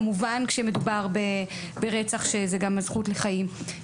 כמובן כאשר מדובר ברצח כאשר מדובר כאן בזכות לחיים.